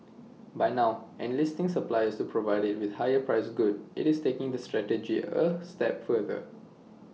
by now enlisting suppliers to provide IT with higher priced goods IT is taking that strategy A step further